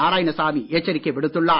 நாராயணசாமி எச்சரிக்கை விடுத்துள்ளார்